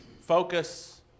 focus